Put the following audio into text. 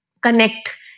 connect